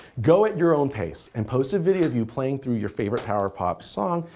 go at your own pace and post a video of you playing through your favorite power pop song,